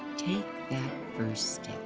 take that first